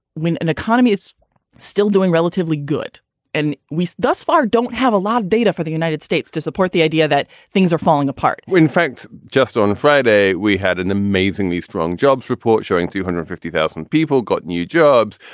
when an economy is still doing relatively good and we thus far don't have a lot of data for the united states to support the idea that things are falling apart in fact, just on friday, we had an amazingly strong jobs report showing two hundred and fifty thousand people got new jobs.